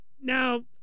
Now